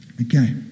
Okay